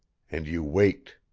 and you waked.